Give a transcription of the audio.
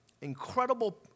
incredible